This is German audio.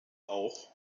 auch